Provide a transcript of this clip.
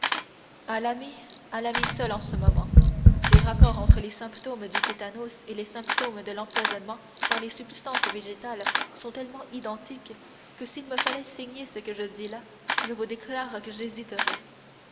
l'ami à l'ami seul en ce moment les rapports entre les symptômes du tétanos et les symptômes de l'empoisonnement par les substances végétales sont tellement identiques que s'il me fallait signer ce que je dis là je vous déclare que j'hésiterais